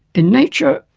in nature,